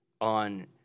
on